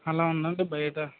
అలా ఉందండి బయట